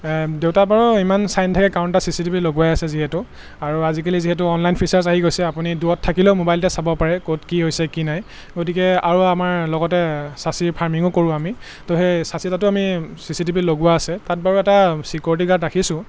দেউতা বাৰু ইমান চাই নাথাকে কাৰণ তাত চি চি টি ভি লগোৱাই আছে যিহেতু আৰু আজিকালি যিহেতু অনলাইন ফিচাৰ্ছ আহি গৈছে আপুনি দূৰত থাকিলেও মোবাইলতে চাব পাৰে ক'ত কি হৈছে কি নাই গতিকে আৰু আমাৰ লগতে সাচি ফাৰ্মিঙো কৰোঁ আমি তো সেই সাচি তাতো আমি চি চি টি ভি লগোৱা আছে তাত বাৰু এটা ছিকিউৰিটি গাৰ্ড ৰাখিছোঁ